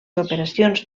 operacions